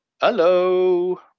Hello